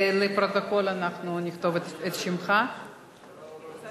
הצעת חוק חינוך ממלכתי (תיקון מס'